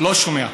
לא שומע.